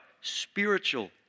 spiritual